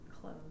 close